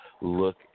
look